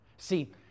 See